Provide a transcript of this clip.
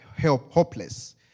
hopeless